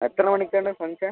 എത്ര മണിക്കാണ് ഫങ്ക്ഷൻ